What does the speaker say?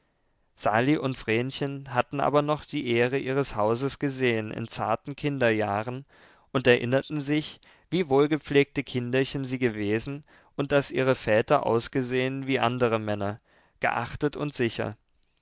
sali und vrenchen hatten aber noch die ehre ihres hauses gesehen in zarten kinderjahren und erinnerten sich wie wohlgepflegte kinderchen sie gewesen und daß ihre väter ausgesehen wie andere männer geachtet und sicher